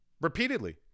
Repeatedly